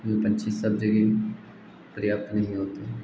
यह पक्षी सब जगह पर्याप्त नहीं होते हैं